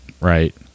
right